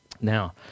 Now